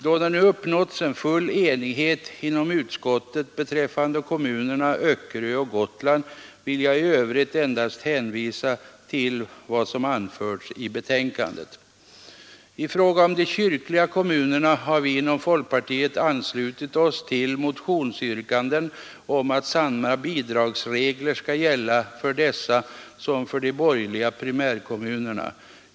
Då det nu uppnåtts full enighet inom utskottet beträffande kommunerna Öckerö och Gotland vill jag i övrigt endast hänvisa till vad som anförts i betänkandet. I fråga om de kyrkliga kommunerna har vi inom folkpartiet anslutit oss till motionsyrkanden om att samma bidragsregler skall gälla för dessa som för de borgerliga primärkommunerna.